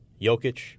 Jokic